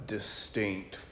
Distinct